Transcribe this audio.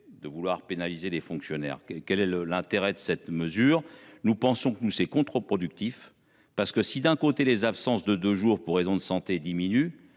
vouloir pénaliser les fonctionnaires ? Quel est l’intérêt de cette mesure ? Nous pensons qu’elle est contre productive : si, d’un côté, les absences de deux jours pour raison de santé diminuaient,